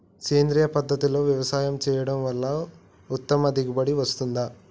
సేంద్రీయ పద్ధతుల్లో వ్యవసాయం చేయడం వల్ల ఉత్తమ దిగుబడి వస్తుందా?